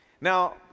Now